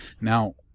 Now